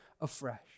afresh